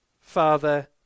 Father